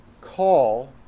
call